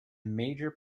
major